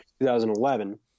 2011